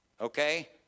Okay